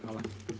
Hvala.